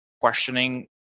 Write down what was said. questioning